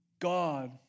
God